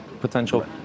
potential